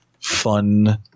fun